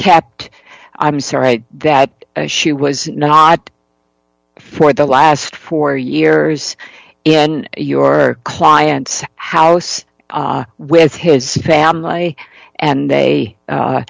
kept i'm sorry that she was not for the last four years in your client's house with his family and they